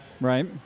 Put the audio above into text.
Right